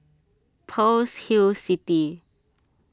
Pearl's Hill City